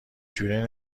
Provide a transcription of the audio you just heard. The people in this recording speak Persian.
جوره